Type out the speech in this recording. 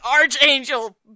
archangel